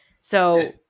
So-